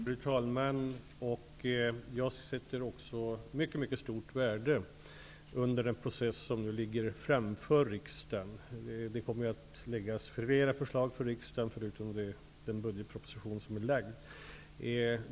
Fru talman! Jag ser ett mycket stort värde i den process som ligger framför riksdagen. Det kommer att läggas fram fler förslag för riksdagen förutom den nu framlagda budgetpropositionen.